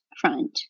front